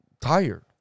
tired